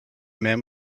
man